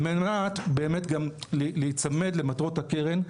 על מנת להיצמד למטרות הקרן,